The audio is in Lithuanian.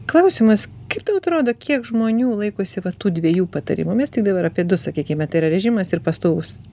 klausimas kaip tau atrodo kiek žmonių laikosi va tų dviejų patarimų mes tik dabar apie du sakykime tai yra režimas ir pastovus